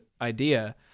idea